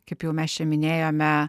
kaip jau mes čia minėjome